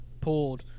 pulled